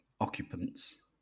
occupants